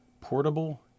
portable